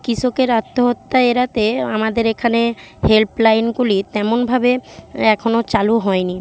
কৃষকের আত্মহত্যা এড়াতে আমাদের এখানে হেল্পলাইনগুলি তেমনভাবে এখনও চালু হয়নি